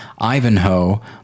Ivanhoe